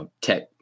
tech